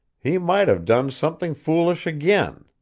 he might have done something foolish again,